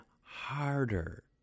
harder